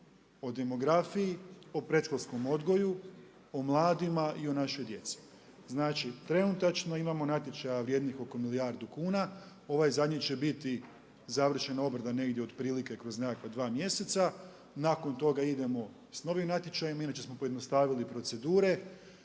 o demografiji, o predškolskom odgoju, o mladima i o našoj djeci. Znači, trenutačno imamo natječaja vrijednih oko milijardu kuna, ovaj zadnji će biti, završena obrada negdje otprilike kroz nekakva 2 mjeseca, nakon toga idemo sa novim natječajima, inače smo pojednostavili procedure